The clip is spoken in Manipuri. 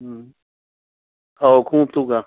ꯎꯝ ꯑꯧ ꯈꯣꯡꯎꯞꯇꯨꯒ